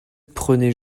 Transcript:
prenait